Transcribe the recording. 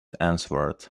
answered